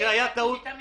פגיעה קשה יותר.